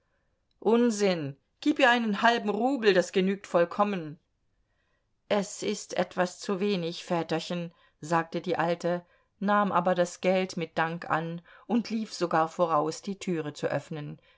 unsinn gib ihr einen halben rubel das genügt vollkommen es ist etwas zu wenig väterchen sagte die alte nahm aber das geld mit dank an und lief sogar voraus die türe zu öffnen